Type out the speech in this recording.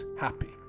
happy